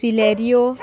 Celerio